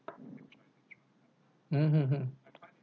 mmhmm hmm